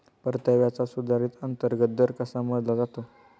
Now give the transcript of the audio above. परताव्याचा सुधारित अंतर्गत दर कसा मोजला जातो?